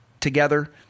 together